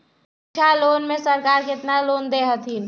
शिक्षा लोन में सरकार केतना लोन दे हथिन?